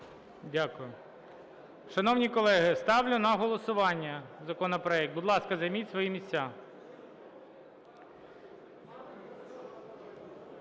Дякую. Шановні колеги, ставлю на голосування законопроект. Будь ласка, займіть свої місця.